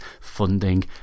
funding